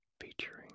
featuring